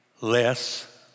Less